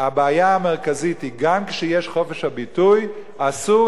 הבעיה המרכזית היא שגם כשיש חופש ביטוי אסור